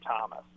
Thomas